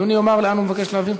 אדוני יאמר לאן הוא מבקש להעביר.